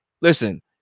listen